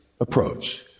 approach